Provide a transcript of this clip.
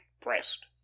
pressed